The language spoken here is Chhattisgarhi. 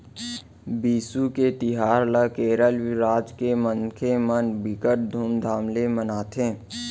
बिसु के तिहार ल केरल राज के मनखे मन बिकट धुमधाम ले मनाथे